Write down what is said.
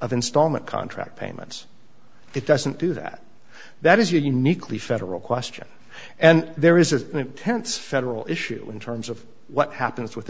of installment contract payments it doesn't do that that is uniquely federal question and there is a tense federal issue in terms of what happens with the